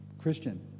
Christian